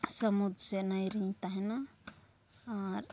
ᱥᱟᱹᱢᱩᱫᱽ ᱥᱮ ᱱᱟᱹᱭ ᱨᱮᱧ ᱛᱟᱦᱮᱱᱟ ᱟᱨ